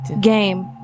game